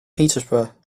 petersburg